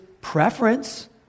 preference